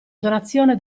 donazione